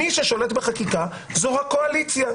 מי ששולט בחקיקה זו הקואליציה.